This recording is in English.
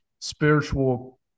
spiritual